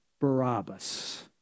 Barabbas